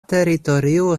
teritorio